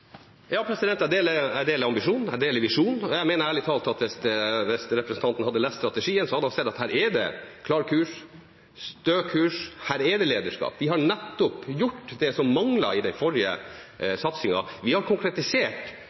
jeg deler ambisjonen, jeg deler visjonen. Og jeg mener ærlig talt at hvis representanten hadde lest strategien, hadde han sett at her er det klar kurs, stø kurs, her er det lederskap. Vi har gjort nettopp det som manglet i den forrige satsingen. Vi har konkretisert